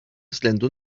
względu